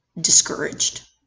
discouraged